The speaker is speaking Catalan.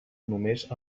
només